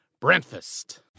Breakfast